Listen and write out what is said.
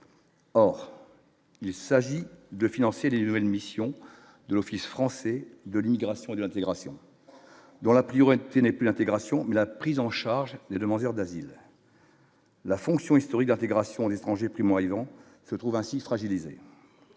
or il s'agit de financer les nouvelles missions de l'Office français de l'Immigration, de l'intégration dans la priorité n'est plus, intégration, la prise en charge des demandeurs d'asile. La fonction historique d'intégration, l'étranger plus moi, ils vont se trouve ainsi fragilisé